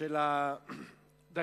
של ההסתייגות שלי.